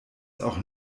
auch